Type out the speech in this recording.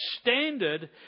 standard